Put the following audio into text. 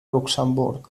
luxemburg